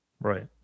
Right